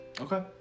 okay